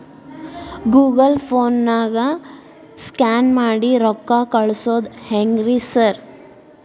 Google ಪೇನಾಗ scan ಮಾಡಿ ರೊಕ್ಕಾ ಕಳ್ಸೊದು ಹೆಂಗ್ರಿ ಸಾರ್?